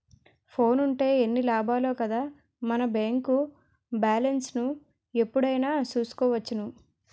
ఫోనుంటే ఎన్ని లాభాలో కదా మన బేంకు బాలెస్ను ఎప్పుడైనా చూసుకోవచ్చును